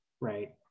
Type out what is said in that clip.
right